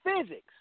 physics